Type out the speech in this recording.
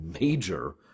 major